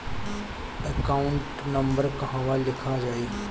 Account number कहवा लिखल जाइ?